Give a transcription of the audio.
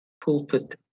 pulpit